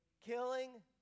Killing